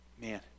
Man